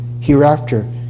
hereafter